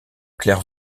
claire